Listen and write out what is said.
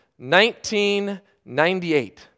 1998